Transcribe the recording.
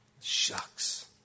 Shucks